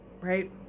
Right